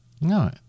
no